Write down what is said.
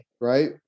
right